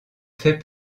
fait